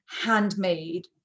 handmade